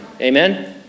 Amen